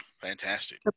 Fantastic